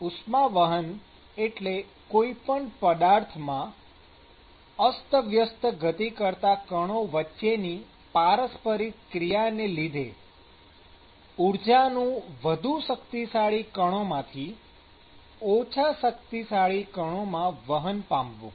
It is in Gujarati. ઉષ્માવહન એટલે કોઈ પણ પદાર્થમાં અસ્તવ્યસ્ત ગતિ કરતાં કણો વચ્ચેની પારસ્પરિક ક્રિયાના લીધે ઊર્જાનું વધુ શક્તિશાળી કણોમાંથી ઓછા શક્તિશાળી કણોમાં વહન પામવું